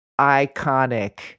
iconic